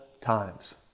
times